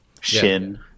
shin